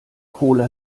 cola